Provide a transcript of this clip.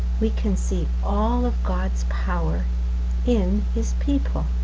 we can see all of god's power in his people,